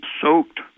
soaked